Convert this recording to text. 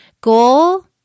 goal